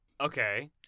Okay